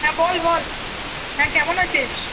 হ্যাঁ বল বল হ্যাঁ কেমন আছিস